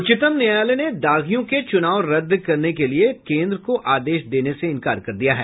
उच्चतम न्यायालय ने दागियों के चूनाव रद्द करने के लिए केन्द्र को आदेश देने से इंकार किया है